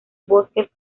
bosques